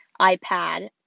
iPad